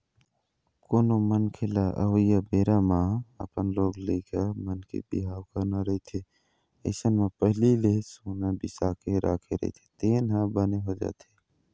कोनो मनखे लअवइया बेरा म अपन लोग लइका मन के बिहाव करना रहिथे अइसन म पहिली ले सोना बिसा के राखे रहिथे तेन ह बने हो जाथे